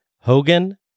Hogan